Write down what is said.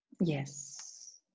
yes